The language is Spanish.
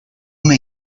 una